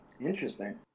Interesting